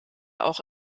auch